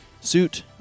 suit